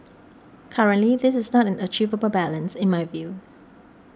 currently this is not an achievable balance in my view